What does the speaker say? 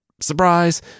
surprise